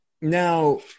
Now